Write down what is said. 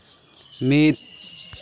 ᱢᱤᱫ